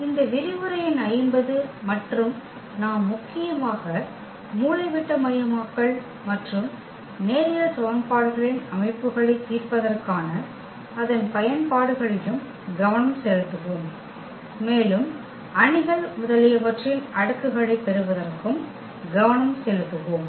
இது விரிவுரை எண் 50 மற்றும் நாம் முக்கியமாக மூலைவிட்டமயமாக்கல் மற்றும் நேரியல் சமன்பாடுகளின் அமைப்புகளைத் தீர்ப்பதற்கான அதன் பயன்பாடுகளிலும் கவனம் செலுத்துவோம் மேலும் அணிகள் முதலியவற்றின் அடுக்குகளைப் பெறுவதற்கும் கவனம் செலுத்துவோம்